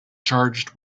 charged